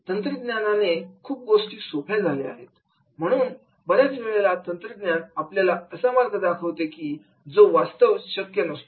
तंत्रज्ञानाने खूप गोष्टी सोप्या झाल्या आहेत परंतु बऱ्याच वेळेला तंत्रज्ञान आपल्याला असा मार्ग दाखवते की जो वास्तवात शक्य नसतो